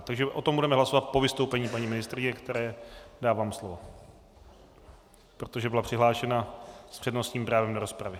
Takže o tom budeme hlasovat po vystoupení paní ministryně, které dávám slovo, protože byla přihlášena s přednostním právem do rozpravy.